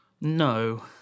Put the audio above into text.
No